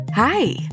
Hi